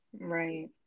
Right